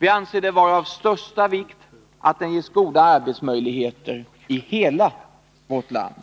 Vi anser det vara av största vikt att den ges goda arbetsmöjligheter i hela vårt land.